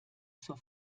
zur